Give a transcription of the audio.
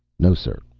no, sir.